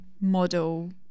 model